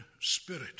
spirit